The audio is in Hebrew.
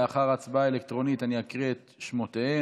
לאחר ההצבעה האלקטרונית אני אקרא את שמותיהם.